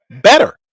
better